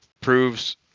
proves